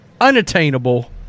unattainable